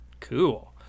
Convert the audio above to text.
Cool